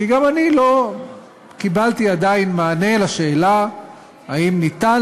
כי גם אני לא קיבלתי עדיין מענה על השאלה אם ניתן